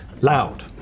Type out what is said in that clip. loud